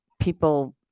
People